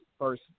first